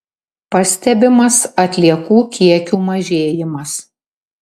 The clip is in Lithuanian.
pastebimas atliekų kiekių mažėjimas